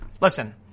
Listen